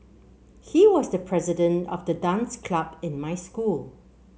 he was the president of the dance club in my school